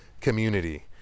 community